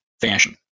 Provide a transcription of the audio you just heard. fashion